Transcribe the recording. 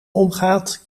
omgaat